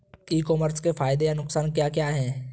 ई commerce के फायदे या नुकसान क्या क्या हैं?